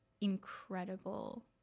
incredible